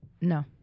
No